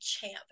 champ